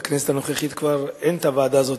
ובכנסת הנוכחית כבר אין הוועדה הזו,